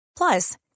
Plus